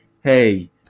hey